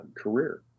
career